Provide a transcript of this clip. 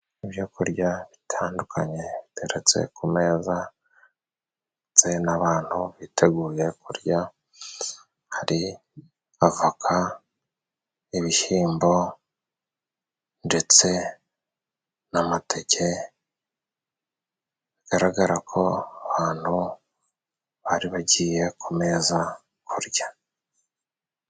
Ibyo kurya bitandukanye biteretse ku meza, ndetse n'abantu biteguye kurya. Hari avoka, ibishyimbo, ndetse n'amateke. Bigaragara ko abantu bari bagiye ku meza kurya.